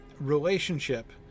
relationship